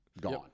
gone